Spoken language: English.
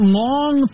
long